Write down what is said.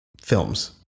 films